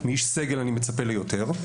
מאיש סגל אני מצפה ליותר,